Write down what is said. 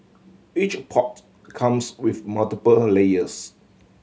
each pot comes with multiple a layers